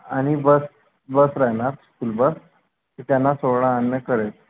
आणि bus bus राहणार school bus ते त्यांना सोडा आणणे करेल